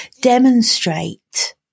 Demonstrate